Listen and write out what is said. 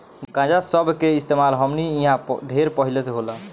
गांजा सब के इस्तेमाल हमनी इन्हा ढेर पहिले से होला